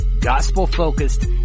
gospel-focused